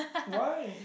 why